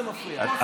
עכשיו זה מפריע.